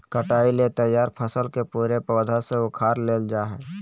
कटाई ले तैयार फसल के पूरे पौधा से उखाड़ लेल जाय हइ